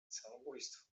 samobójstwo